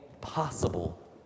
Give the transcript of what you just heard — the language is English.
possible